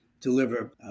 deliver